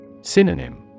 Synonym